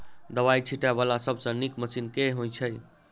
दवाई छीटै वला सबसँ नीक मशीन केँ होइ छै?